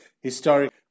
historic